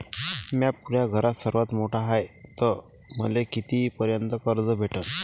म्या पुऱ्या घरात सर्वांत मोठा हाय तर मले किती पर्यंत कर्ज भेटन?